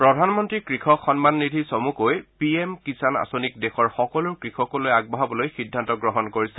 প্ৰধানমন্ত্ৰী কৃষক সন্মান নিধি চমুকৈ পি এম কিষাণ আঁচনিক দেশৰ সকলো কৃষকসকললৈ আগবঢ়াবলৈ সিদ্ধান্ত গ্ৰহণ কৰিছে